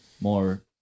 more